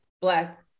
Black